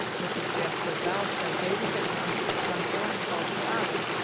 mrs. jasper bell said davy had come to the front door and called her out.